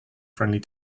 friendly